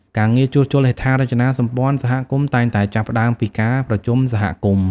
ការងារជួសជុលហេដ្ឋារចនាសម្ព័ន្ធសហគមន៍តែងតែចាប់ផ្ដើមពីការប្រជុំសហគមន៍។